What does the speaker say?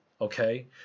okay